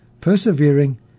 persevering